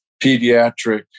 pediatric